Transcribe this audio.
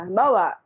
bawa